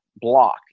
block